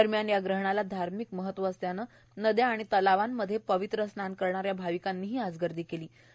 दरम्यानए ग्रहणाला धार्मिक महत्व असल्यानं नदया आणि तलावांमध्ये पवित्र स्नान करणाऱ्या भाविकांनीही आज गर्दी केली होती